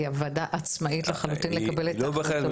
היא ועדה עצמאית לחלוטין לקבל את ההחלטות שלה.